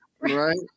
right